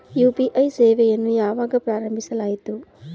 UPI ಸೇವೆಯನ್ನು ಯಾವಾಗ ಪ್ರಾರಂಭಿಸಲಾಯಿತು?